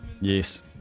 Yes